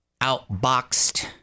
outboxed